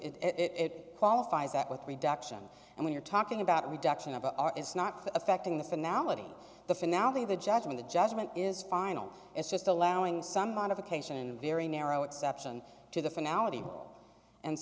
it qualifies that with reduction and when you're talking about reduction of it's not affecting the finale the finale the judgment the judgment is final it's just allowing some modification in a very narrow exception to the finality and